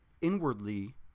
inwardly